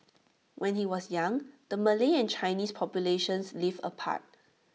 when he was young the Malay and Chinese populations lived apart